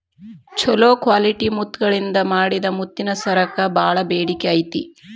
ಚೊಲೋ ಕ್ವಾಲಿಟಿ ಮುತ್ತಗಳಿಂದ ಮಾಡಿದ ಮುತ್ತಿನ ಸರಕ್ಕ ಬಾಳ ಬೇಡಿಕೆ ಐತಿ